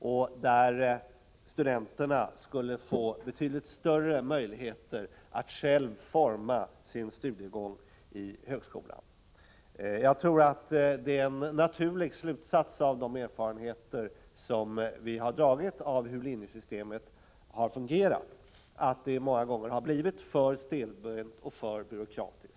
I detta system skulle studenterna få betydligt större möjligheter att själva utforma sin studiegång i högskolan. Jag tror att en sådan förändring är en naturlig följd av de erfarenheter vi har fått av hur linjesystemet har fungerat, nämligen att det många gånger har blivit alltför stelbent och byråkratiskt.